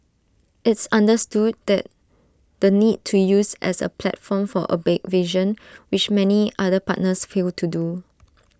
it's understood that the need to use as A platform for A big vision which many other partners fail to do